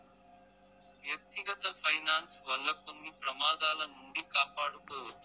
వ్యక్తిగత ఫైనాన్స్ వల్ల కొన్ని ప్రమాదాల నుండి కాపాడుకోవచ్చు